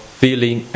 feeling